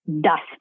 dust